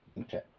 okay